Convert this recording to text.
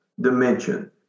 dimension